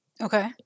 Okay